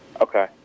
Okay